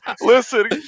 Listen